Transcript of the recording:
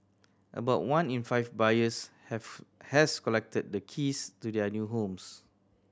about one in five buyers have has collected the keys to their new homes